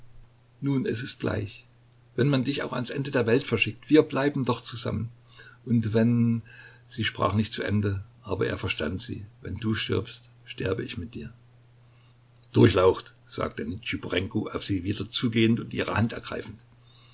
nun es ist gleich wenn man dich auch ans ende der welt verschickt wir bleiben doch zusammen und wenn sie sprach nicht zu ende aber er verstand sie wenn du stirbst sterbe ich mit dir durchlaucht sagte nitschiporenko auf sie wieder zugehend und ihre hand ergreifend